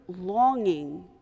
longing